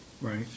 Right